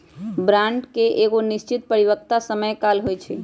bond के एगो निश्चित परिपक्वता समय काल होइ छइ